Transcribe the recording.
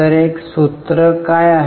तर सूत्र काय आहे